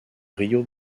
río